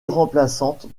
remplaçante